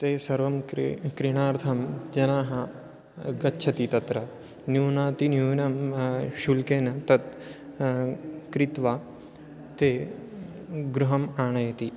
ते सर्वं क्री क्रयणार्थं जनाः गच्छति तत्र न्यूनातिन्यूनं शुल्केन तत् क्रीत्वा ते गृहम् आनयति